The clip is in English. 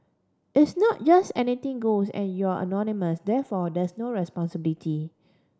it's not just anything goes and you're anonymous therefore there's no responsibility